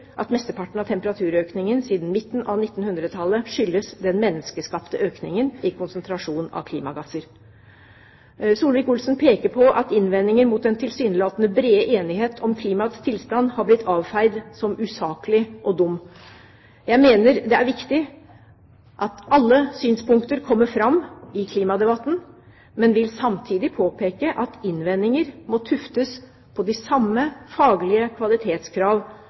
at det er meget sannsynlig at mesteparten av temperaturøkningen siden midten av 1900-tallet skyldes den menneskeskapte økningen i konsentrasjonen av klimagasser. Solvik-Olsen peker på at innvendinger mot den tilsynelatende brede enighet om klimaets tilstand har blitt avfeid som usaklig og dum. Jeg mener det er viktig at alle synspunkter kommer fram i klimadebatten, men vil samtidig påpeke at innvendinger må tuftes på de samme faglige kvalitetskrav